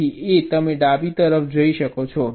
તેથી A તમે ડાબી તરફ જઈ શકો છો